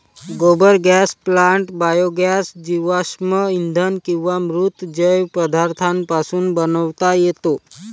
गोबर gas plant biogas जीवाश्म इंधन किंवा मृत जैव पदार्थांपासून बनवता येतो